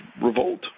revolt